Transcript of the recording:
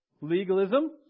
legalism